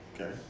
Okay